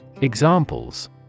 Examples